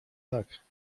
tak